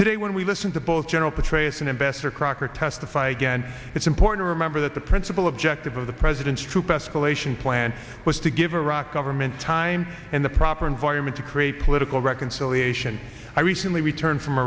today when we listen to both general petraeus and ambassador crocker testify again it's important to remember that the principal objective of the president's troop escalation plan was to give iraq government time and the proper environment to create political reconciliation i recently returned from